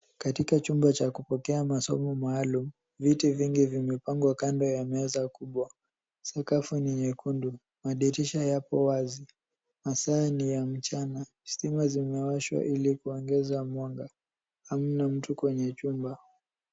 Katika chumba cha kupokea masomo maalum, viti vingi vimepangwa kando ya meza kubwa. Sakafu ni nyekundu. Madirisha yapo wazi. Masaa ni ya mchana. Stima zimewashwa ili kuongeza mwanga. Hamna mtu kwenye chumba.